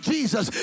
Jesus